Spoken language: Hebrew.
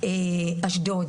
שבע ואשדוד